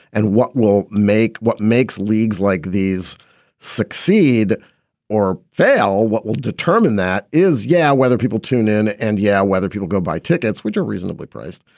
and what will make what makes leagues like these succeed or fail? what will determine that is, yeah, whether people tune in and yeah, whether people go buy tickets which are reasonably priced.